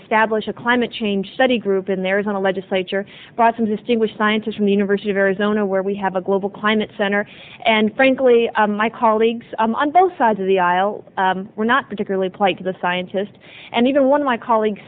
establish a climate change study group and there isn't a legislature but some distinguished scientists from the university of arizona where we have a global climate center and frankly my colleagues on both sides of the aisle were not particularly plight to the scientist and even one of my colleagues